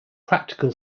practical